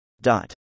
Dot